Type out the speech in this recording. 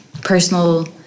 personal